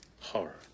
Horror